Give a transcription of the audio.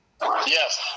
yes